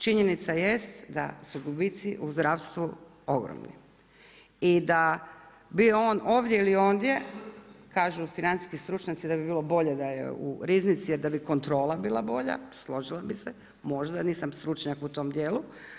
Činjenica jest da su gubici u zdravstvu ogromni i da bio on ovdje ili ondje kažu financijski stručnjaci da bi bilo bolje da je u Riznici jer da bi kontrola bila bolja, složila bi se, možda nisam stručnjak u tom dijelu.